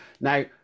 now